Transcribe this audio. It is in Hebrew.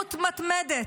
דריכות מתמדת.